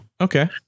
Okay